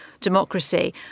democracy